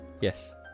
Yes